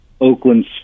Oakland